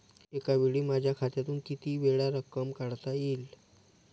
एकावेळी माझ्या खात्यातून कितीवेळा रक्कम काढता येईल?